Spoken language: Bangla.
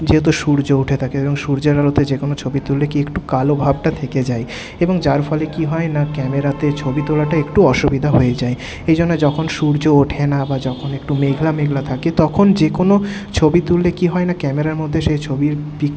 যেহেতু সূর্য উঠে থাকে এবং সূর্যের আলোতে যেকোনও ছবি তুললে কী একটু কালো বটা থেকে যায় এবং যার ফলে কী হয় না ক্যামেরাতে ছবি তোলাটা একটু অসুবিধা হয়ে যায় এই জন্য যখন সূর্য ওঠে না বা যখন একটু মেঘলা মেঘলা থাকে তখন যেকোনও ছবি তুললে কী হয় না ক্যামেরার মধ্যে সে ছবির পিক